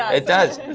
ah it does,